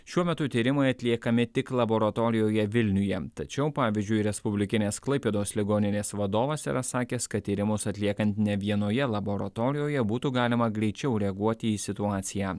šiuo metu tyrimai atliekami tik laboratorijoje vilniuje tačiau pavyzdžiui respublikinės klaipėdos ligoninės vadovas yra sakęs kad tyrimus atliekan ne vienoje laboratorijoje būtų galima greičiau reaguoti į situaciją